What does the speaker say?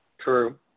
True